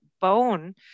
bone